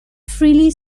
freely